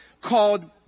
called